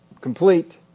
complete